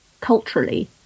Culturally